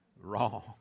Wrong